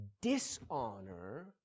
dishonor